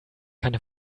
keine